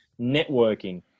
Networking